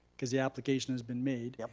cause the application has been made. yeah